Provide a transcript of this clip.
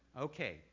Okay